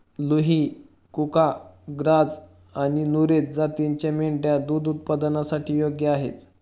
लुही, कुका, ग्राझ आणि नुरेझ जातींच्या मेंढ्या दूध उत्पादनासाठी योग्य आहेत